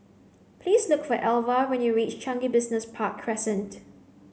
please look for Alva when you reach Changi Business Park Crescent